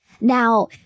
Now